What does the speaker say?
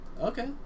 Okay